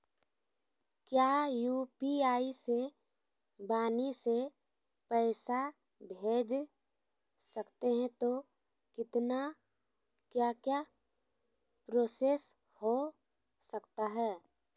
क्या यू.पी.आई से वाणी से पैसा भेज सकते हैं तो कितना क्या क्या प्रोसेस हो सकता है?